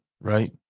right